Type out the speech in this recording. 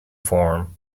form